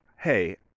hey